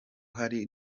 hari